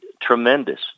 tremendous